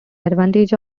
advantage